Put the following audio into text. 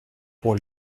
pour